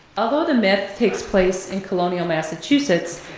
although the myth takes place in colonial massachusetts,